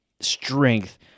strength